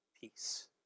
peace